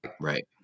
Right